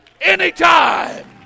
anytime